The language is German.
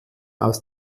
aus